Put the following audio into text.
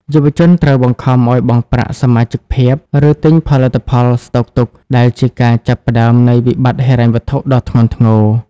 យុវជនត្រូវបង្ខំឱ្យបង់ប្រាក់សមាជិកភាព ឬទិញផលិតផលស្តុកទុក ដែលជាការចាប់ផ្តើមនៃវិបត្តិហិរញ្ញវត្ថុដ៏ធ្ងន់ធ្ងរ។